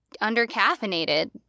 under-caffeinated